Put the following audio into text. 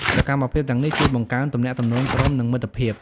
សកម្មភាពទាំងនេះជួយបង្កើនទំនាក់ទំនងក្រុម និងមិត្តភាព។